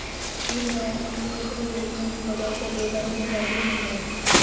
दीनदयाल अंत्योदय योजना की वजह से बेघरों को घर भी मिले हैं